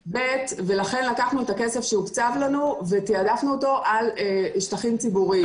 לכן לקחנו את הכסף שהוקצב לנו ותעדפנו אותו על שטחים ציבוריים.